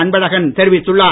அன்பழகன் தெரிவித்துள்ளார்